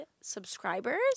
subscribers